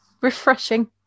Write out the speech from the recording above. Refreshing